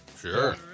Sure